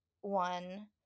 one